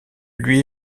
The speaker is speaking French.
lui